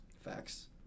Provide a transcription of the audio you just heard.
Facts